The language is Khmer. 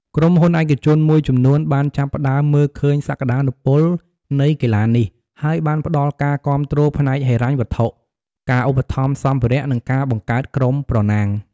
ក្រុមហ៊ុនឯកជនមួយចំនួនបានចាប់ផ្តើមមើលឃើញសក្តានុពលនៃកីឡានេះ ហើយបានផ្តល់ការគាំទ្រផ្នែកហិរញ្ញវត្ថុ ការឧបត្ថម្ភសម្ភារៈ និងការបង្កើតក្រុមប្រណាំង។